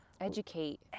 Educate